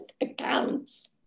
accounts